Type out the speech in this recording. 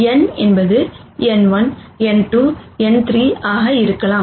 N என்பது n1 n2 n3 ஆக இருக்கலாம்